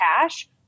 cash